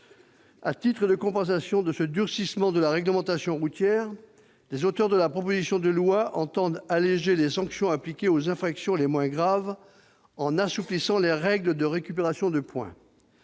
À titre de compensation de ce durcissement de la réglementation routière, les auteurs de la proposition de loi entendent alléger les sanctions appliquées aux infractions les moins graves, en assouplissant les règles de récupération de points.